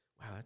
wow